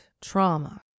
trauma